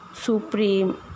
supreme